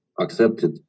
accepted